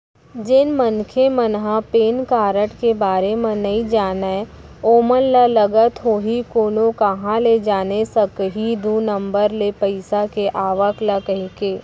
जेन मनखे मन ह पेन कारड के बारे म नइ जानय ओमन ल लगत होही कोनो काँहा ले जाने सकही दू नंबर ले पइसा के आवक ल कहिके